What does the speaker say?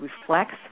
reflects